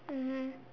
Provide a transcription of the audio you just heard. mmhmm